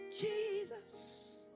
Jesus